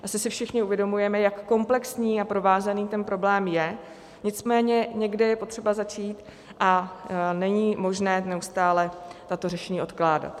Asi si všichni uvědomujeme, jak komplexní a provázaný ten problém je, nicméně někde je potřeba začít a není možné neustále tato řešení odkládat.